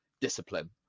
discipline